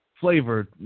flavored